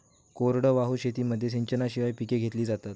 कोरडवाहू शेतीमध्ये सिंचनाशिवाय पिके घेतली जातात